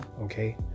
okay